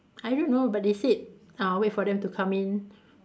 I don't know but they said uh wait for them to come in